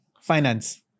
Finance